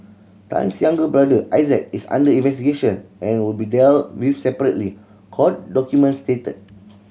Tan's younger brother Isaac is under investigation and will be dealt with separately court documents stated